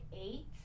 eight